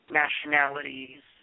nationalities